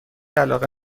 علاقه